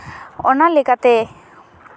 ᱚᱱᱟ ᱞᱮᱠᱟᱛᱮ